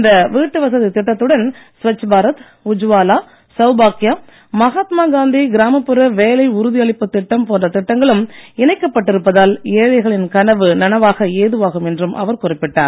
இந்த வீட்டு வசதி திட்டத்துடன் ஸ்வச் பாரத் உஜ்வாலா சௌபாக்யா மகாத்மா காந்தி கிராமப்புற வேலை உறுதி அளிப்பு திட்டம் போன்ற திட்டங்களும் இணைக்கப்பட்டிருப்பதால் ஏழைகளின் கனவு நனவாக ஏதுவாகும் என்றும் அவர் குறிப்பிட்டார்